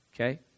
Okay